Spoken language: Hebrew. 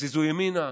תזיזו ימינה,